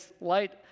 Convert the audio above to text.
light